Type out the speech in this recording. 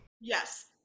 yes